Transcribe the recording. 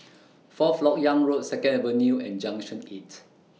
Fourth Lok Yang Road Second Avenue and Junction eight